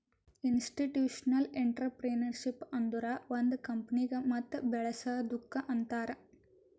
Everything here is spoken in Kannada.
ಇನ್ಸ್ಟಿಟ್ಯೂಷನಲ್ ಇಂಟ್ರಪ್ರಿನರ್ಶಿಪ್ ಅಂದುರ್ ಒಂದ್ ಕಂಪನಿಗ ಮತ್ ಬೇಳಸದ್ದುಕ್ ಅಂತಾರ್